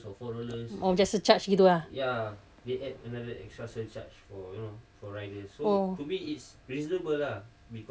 oh macam surcharge gitu ah oh